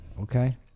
Okay